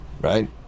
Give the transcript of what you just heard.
Right